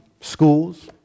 Schools